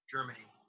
Germany